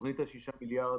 תוכנית ה-6 מיליארד,